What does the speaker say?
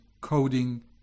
coding